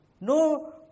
No